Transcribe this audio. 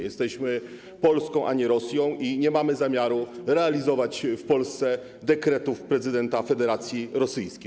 Jesteśmy Polską, a nie Rosją i nie mamy zamiaru realizować w Polsce dekretów prezydenta Federacji Rosyjskiej.